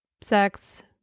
sex